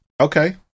Okay